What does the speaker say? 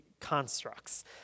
constructs